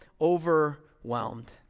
overwhelmed